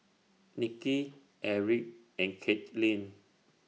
Niki Eric and Katelyn